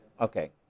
Okay